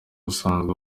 usanzwe